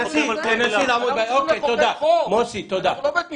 אנחנו צריכים לחוקק חוק, אנחנו לא בית משפט.